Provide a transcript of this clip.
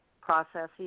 processes